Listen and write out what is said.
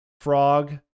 frog